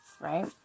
Right